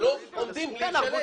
לא עומדים בלי לשלם.